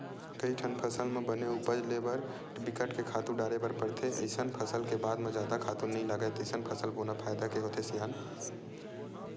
कइठन फसल म बने उपज ले बर बिकट के खातू डारे बर परथे अइसन फसल के बाद म जादा खातू नइ लागय तइसन फसल बोना फायदा के होथे सियान